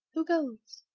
who goes?